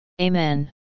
Amen